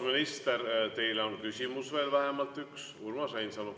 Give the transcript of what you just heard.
minister, teile on veel vähemalt üks küsimus. Urmas Reinsalu.